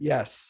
Yes